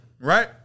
right